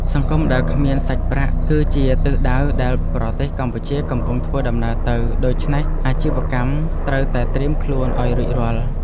សង្គមដែលគ្មានសាច់ប្រាក់ គឺជាទិសដៅដែលប្រទេសកម្ពុជាកំពុងធ្វើដំណើរទៅ ដូច្នេះអាជីវកម្មត្រូវតែត្រៀមខ្លួនឱ្យរួចរាល់។